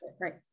Right